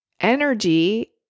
energy